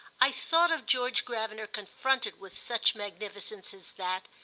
i thought of george gravener confronted with such magnificence as that,